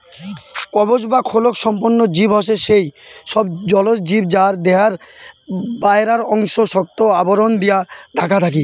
কবচ বা খোলক সম্পন্ন জীব হসে সেই সব জলজ জীব যার দেহার বায়রার অংশ শক্ত আবরণ দিয়া ঢাকা থাকি